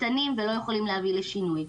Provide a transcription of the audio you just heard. קטנים ולא יכולים להביא לשינוי.